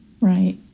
Right